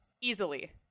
easily